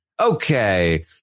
Okay